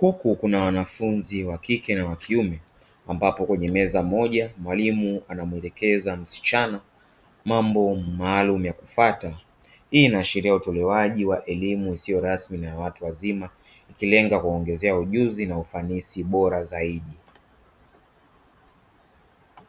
huku kuna wanafunzi wa kike na wakiume ambapo kwenye meza moja mwalimu anamuelekeza msichana mambo maalumu ya kufata, hii inaashiria utolewaji wa elimu isiyo rasmi na ya watu wazima ikilenga kuwaongezea ujuzi na ufanisi bora zaidi.